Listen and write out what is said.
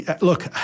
Look